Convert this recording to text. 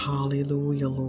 Hallelujah